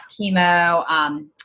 chemo